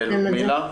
לודמילה.